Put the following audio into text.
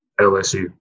LSU